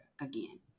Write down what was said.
again